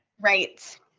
right